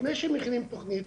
לפני שמכינים תכנית,